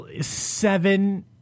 seven